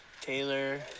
Taylor